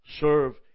serve